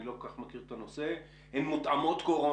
לא מכיר כל כך את הנושא הן מותאמות קורונה,